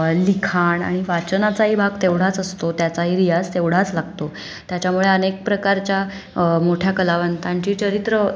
लिखाण आणि वाचनाचाही भाग तेवढाच असतो त्याचाही रियाज तेवढाच लागतो त्याच्यामुळे अनेक प्रकारच्या मोठ्या कलावंतांची चरित्रं